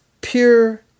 pure